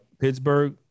Pittsburgh